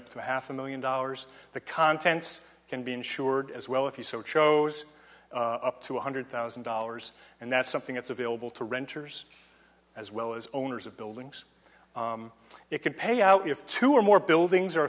up to half a million dollars the contents can be insured as well if you so chose up to one hundred thousand dollars and that's something that's available to renters as well as owners of buildings it could pay out if two or more buildings are